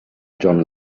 john